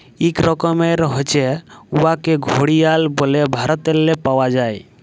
ইক রকমের হছে উয়াকে ঘড়িয়াল ব্যলে ভারতেল্লে পাউয়া যায়